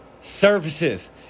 services